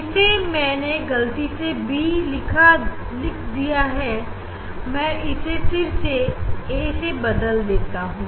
इसे मैंने गलती से b लिख दिया है मैं इसे फिर से a से बदल देता हूं